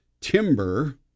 timber